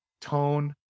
tone